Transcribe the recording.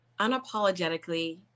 unapologetically